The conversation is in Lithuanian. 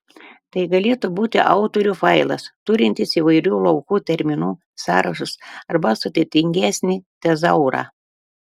tai galėtų būti autorių failas turintis įvairių laukų terminų sąrašus arba sudėtingesnį tezaurą